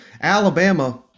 Alabama